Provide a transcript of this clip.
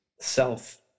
self